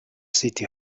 city